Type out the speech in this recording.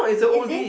is this